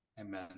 Amen